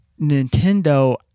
Nintendo